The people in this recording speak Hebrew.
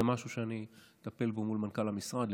זה משהו שאני אטפל בו מול מנכ"ל המשרד,